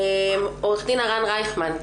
עורך דין הרן רייכמן.